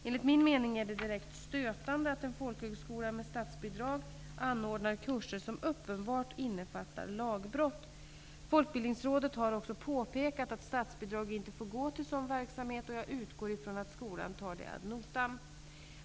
Enligt min mening är det direkt stötande att en folkhögskola med statsbidrag anordnar kurser som uppenbart innefattar lagbrott. Folkbildningsrådet har också påpekat att statsbidrag inte får gå till sådan verksamhet, och jag utgår från att skolan tar det ad notam.